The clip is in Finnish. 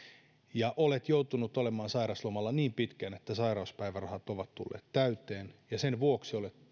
ja olet joutunut olemaan sairaslomalla niin pitkään että sairauspäivärahat ovat tulleet täyteen ja sen vuoksi olet